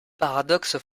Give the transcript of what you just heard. paradoxe